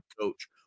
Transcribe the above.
coach